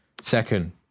second